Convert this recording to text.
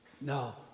No